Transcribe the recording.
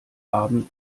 abend